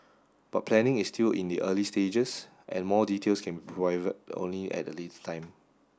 but planning is still in the early stages and more details can provided only at a later time